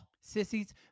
Sissies